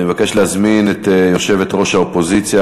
אני מבקש להזמין את יושבת-ראש האופוזיציה,